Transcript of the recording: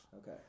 Okay